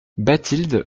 bathilde